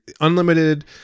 unlimited